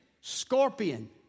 scorpion